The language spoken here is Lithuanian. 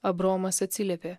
abraomas atsiliepė